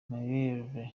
mireille